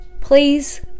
please